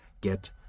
get